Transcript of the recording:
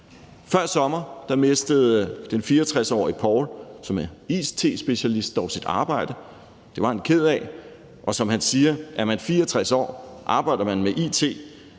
Før sommer mistede den 64-årige Poul, som er it-specialist, dog sit arbejde. Det var han ked af, og som han siger: Er man 64 år og arbejder med it,